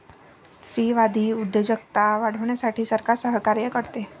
स्त्रीवादी उद्योजकता वाढवण्यासाठी सरकार सहकार्य करते